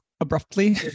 Abruptly